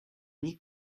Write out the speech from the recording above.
need